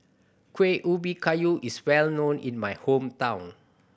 Kuih Ubi Kayu is well known in my hometown